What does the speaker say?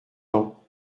ans